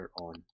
on